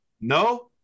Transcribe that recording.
No